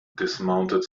dismounted